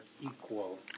equal